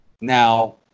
Now